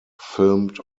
filmed